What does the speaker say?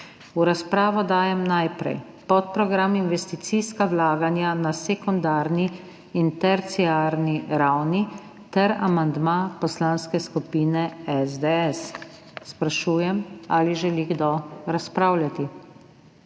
V razpravo dajem najprej podprogram Investicijska vlaganja na sekundarni in terciarni ravni ter amandma Poslanske skupine SDS. Sprašujem, ali želi kdo razpravljati.